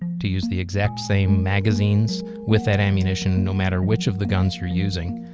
to use the exact same magazines with that ammunition no matter which of the guns you're using.